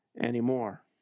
anymore